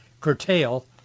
curtail